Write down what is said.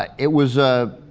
ah it was ah.